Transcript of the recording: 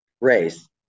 race